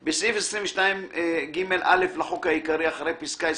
בסעיף 22ג(א) לחוק העיקרי, אחרי פסקה (25)